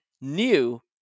new